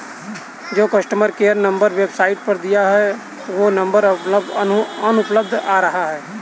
जो customer care number website पर दिया है वो नंबर अनुपलब्ध आ रहा है